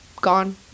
gone